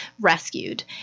rescued